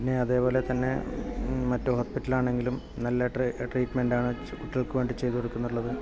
പിന്നെ അതുപോലെ തന്നെ മറ്റു ഹോസ്പിറ്റലാണെങ്കിലും നല്ല ട്രീറ്റ്മെൻറ്റാണ് കുട്ടികൾക്ക് വേണ്ടി ചെയ്തത് കൊടുക്കുന്നുള്ളത്